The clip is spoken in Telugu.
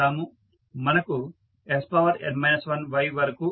మనకు sn 1y వరకు వస్తుంది